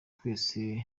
twese